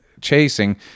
chasing